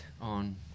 on –